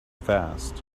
fast